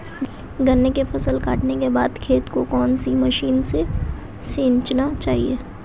गन्ने की फसल काटने के बाद खेत को कौन सी मशीन से सींचना चाहिये?